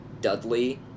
Dudley